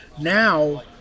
Now